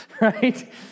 Right